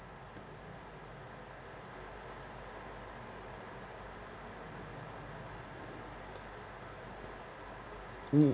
mm